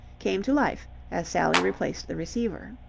came to life as sally replaced the receiver.